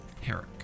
Herrick